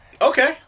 Okay